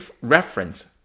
reference